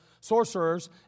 sorcerers